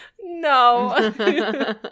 No